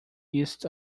east